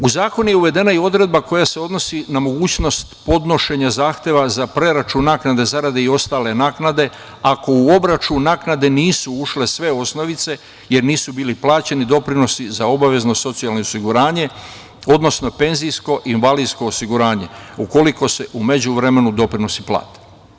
U zakon je uvedena i odredba koja se odnosi na mogućnost podnošenja zahteva za preračun naknade zarade i ostale naknade ako u obračun naknade nisu ušle sve osnovice, jer nisu bili plaćeni doprinosi za obavezno socijalno osiguranje, odnosno penzijsko i invalidsko osiguranje, ukoliko su u međuvremenu doprinosi plate.